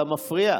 אתה מפריע.